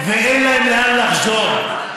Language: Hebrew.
ואין להם לאן לחזור.